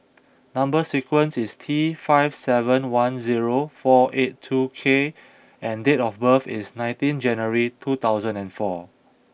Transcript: number sequence is T five seven one zero four eight two K and date of birth is nineteen January two thousand and four